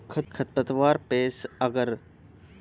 खरपतवार पे अगर समय रहते रोक ना लगावल जाई त इ बहुते नुकसान करेलन